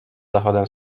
zachodem